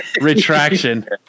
Retraction